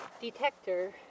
detector